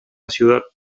ciudad